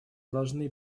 должны